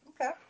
Okay